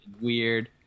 weird